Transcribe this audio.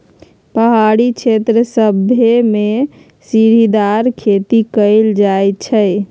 पहारी क्षेत्र सभमें सीढ़ीदार खेती कएल जाइ छइ